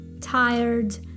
tired